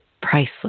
Priceless